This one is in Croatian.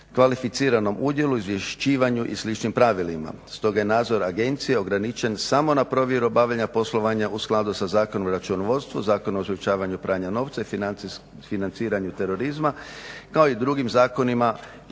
kvalificiranom udjelu, izvješćivanju i sličnim pravilima. Stoga je nadzor agencije ograničen samo na provjeru obavljanja poslovanja u skladu sa Zakonom o računovodstvu, Zakonom o sprečavanju pranja novca i financiranju terorizma kao i drugim zakonima,